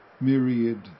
myriad